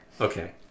Okay